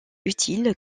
utile